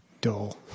dull